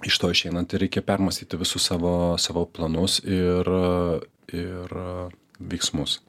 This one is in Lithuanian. iš to išeinant reikia permąstyti visus savo savo planus ir ir veiksmus